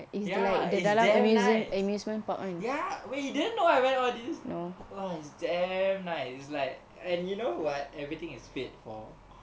ya it's damn nice ya wei you didn't know I went all these !wah! it's damn nice it's like and you know what everything is paid for